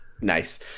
Nice